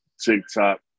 TikTok